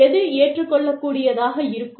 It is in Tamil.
எது ஏற்றுக்கொள்ளக்கூடியதாக இருக்கும்